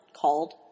called